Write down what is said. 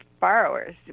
borrowers